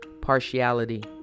partiality